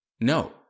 No